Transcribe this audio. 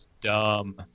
dumb